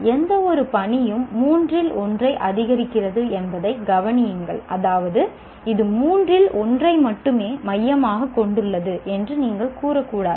எந்தவொரு பணியும் மூன்றில் ஒன்றை ஆதரிக்கிறது என்பதைக் கவனியுங்கள் அதாவது இது மூன்றில் ஒன்றை மட்டுமே மையமாகக் கொண்டுள்ளது என்று நீங்கள் கூறகூடாது